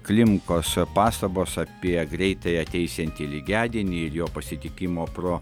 klimkos pastabos apie greitai ateisiantį lygiadienį ir jo pasitikimo pro